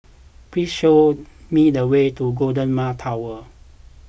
please show me the way to Golden Mile Tower